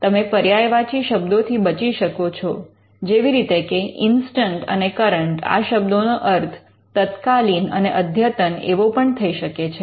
તમે પર્યાયવાચી શબ્દો થી બચી શકો છો જેવી રીતે કે ઇન્સ્ટન્ટ અને કરંટ આ શબ્દોનો અર્થ તત્કાલીન તથા અધ્યતન એવો પણ થઈ શકે છે